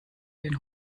den